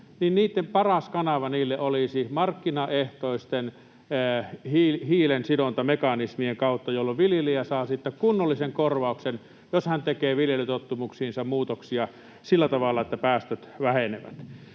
niiden paras kanava olisi markkinaehtoisten hiilensidontamekanismien kautta, jolloin viljelijä saa siitä kunnollisen korvauksen, jos hän tekee viljelytottumuksiinsa muutoksia sillä tavalla, että päästöt vähenevät.